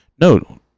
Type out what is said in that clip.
No